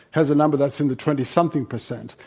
has a number that's in the twenty something percent.